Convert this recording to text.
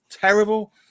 terrible